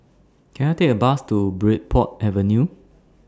Can I Take A Bus to Bridport Avenue